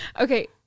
Okay